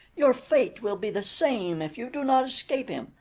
your fate will be the same if you do not escape him,